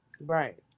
right